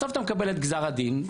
בסוף אתה מקבל את גזר הדין,